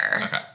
Okay